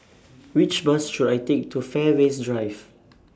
Which Bus should I Take to Fairways Drive